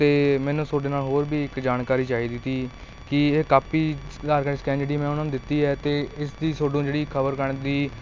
ਅਤੇ ਮੈਨੂੰ ਤੁਹਾਡੇ ਨਾਲ ਹੋਰ ਵੀ ਇੱਕ ਜਾਣਕਾਰੀ ਚਾਹੀਦੀ ਸੀ ਕਿ ਇਹ ਕਾਪੀ ਅਧਾਰ ਕਾਰਡ ਸਕੈਨ ਜਿਹੜੀ ਮੈਂ ਉਹਨਾਂ ਨੂੰ ਦਿੱਤੀ ਹੈ ਅਤੇ ਇਸ ਦੀ ਤੁਹਾਨੂੰ ਜਿਹੜੀ ਖ਼ਬਰ ਕਰਨ ਦੀ